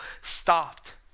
stopped